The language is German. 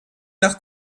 nach